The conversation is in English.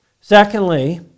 Secondly